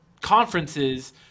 conferences